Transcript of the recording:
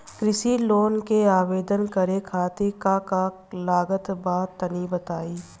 कृषि लोन के आवेदन करे खातिर का का लागत बा तनि बताई?